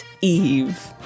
eve